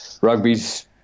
Rugby's